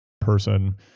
person